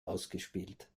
ausgespielt